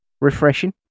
refreshing